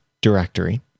directory